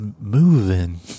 moving